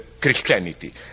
Christianity